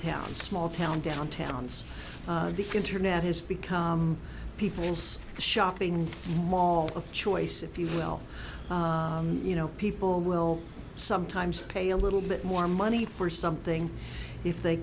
town small town downtowns the internet has become people's shopping mall of choice if you will you know people will sometimes pay a little bit more money for something if they